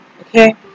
Okay